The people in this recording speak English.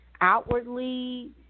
outwardly